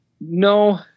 No